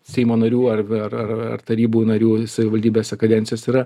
seimo narių ar ar ar tarybų narių savivaldybėse kadencijos yra